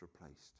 replaced